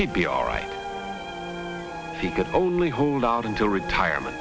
he'd be all right he could only hold out until retirement